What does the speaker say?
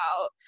out